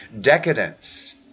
decadence